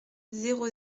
zéro